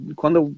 quando